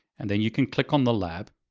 and then you can click on the lab,